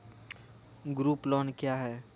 Group loan क्या है?